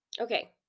Okay